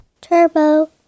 Turbo